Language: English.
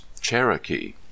Cherokee